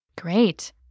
Great